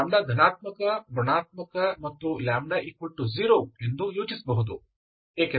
ನೀವು λ ಧನಾತ್ಮಕ ಋಣಾತ್ಮಕ ಮತ್ತು λ 0 ಎಂದು ಯೋಚಿಸಬಹುದು